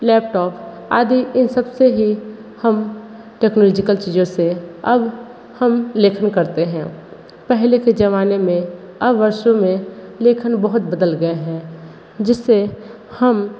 laptop आदि इन सबसे ही हम टेक्नोलॉजिकल चीज़ों से अब हम लेखन करते हैं पहले के ज़माने में अब वर्षों में लेखन बहुत बदल गए हैं जिससे हम